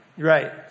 Right